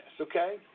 okay